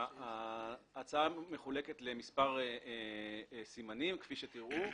ההצעה מחולקת למספר סימנים, כפי שתראו.